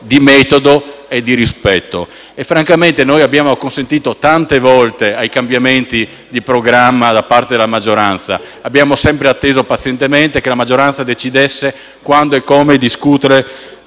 di metodo e di rispetto. Francamente, abbiamo acconsentito tante volte ai cambiamenti di programma da parte della maggioranza; abbiamo sempre atteso pazientemente che la maggioranza decidesse quando e come discutere,